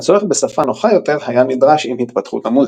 הצורך בשפה נוחה יותר היה נדרש עם התפתחות המוזיקה.